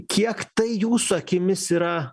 kiek tai jūsų akimis yra